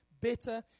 better